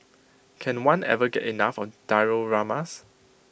can one ever get enough of dioramas